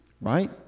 Right